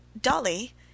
Dolly